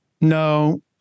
No